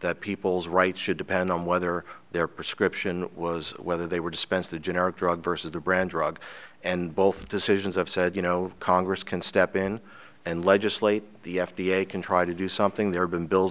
that people's rights should depend on whether they're prescription was whether they were dispense the generic drug versus the brand drug and both decisions have said you know congress can step in and legislate the f d a can try to do something there been bills